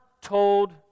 told